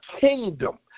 kingdom